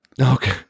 okay